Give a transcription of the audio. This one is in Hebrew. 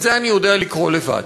את זה אני יודע לקרוא לבד.